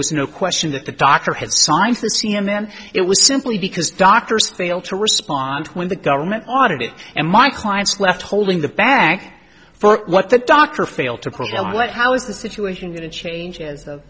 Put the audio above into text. was no question that the doctor had signed the cmin it was simply because doctors failed to respond when the government audited and my clients left holding the bag for what the doctor failed to propel what how is the situation going to change